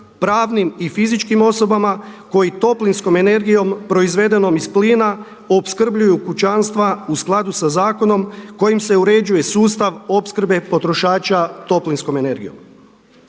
pravnim i fizičkim osobama koji toplinskom energijom proizvedenom iz plina opskrbljuju kućanstva u skladu sa zakonom kojim se uređuje sustav opskrbe potrošača toplinskom energijom.